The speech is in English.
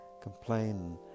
complain